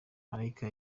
malaika